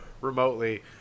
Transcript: remotely